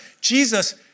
Jesus